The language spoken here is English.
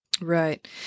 Right